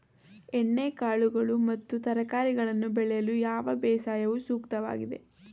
ಎಣ್ಣೆಕಾಳುಗಳು ಮತ್ತು ತರಕಾರಿಗಳನ್ನು ಬೆಳೆಯಲು ಯಾವ ಬೇಸಾಯವು ಸೂಕ್ತವಾಗಿದೆ?